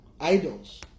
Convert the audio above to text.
idols